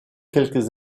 quelques